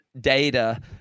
data